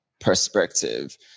perspective